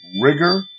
Rigor